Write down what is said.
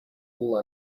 all